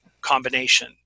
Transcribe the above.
combination